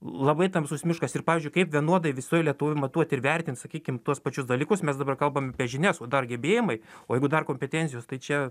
labai tamsus miškas ir pavyzdžiui kaip vienodai visoj lietuvoj matuot ir vertint sakykim tuos pačius dalykus mes dabar kalbam apie žinias o dar gebėjimai o jeigu dar kompetencijos tai čia